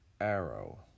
Arrow